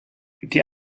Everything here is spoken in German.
die